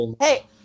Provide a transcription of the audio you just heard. Hey